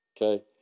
okay